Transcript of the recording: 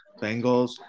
Bengals